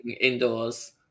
Indoors